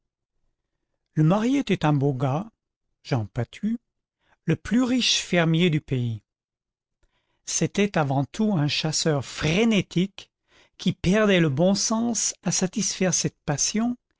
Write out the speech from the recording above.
le marié était un beau gars jean patu le plus riche fermier du pays c'était avant tout un chasseur frénétique qui perdait le bon sens à satisfaire cette passion